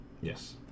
Yes